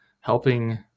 Helping